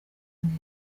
neza